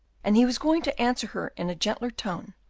and he was going to answer her in a gentler tone,